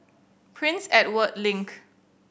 Prince Edward Link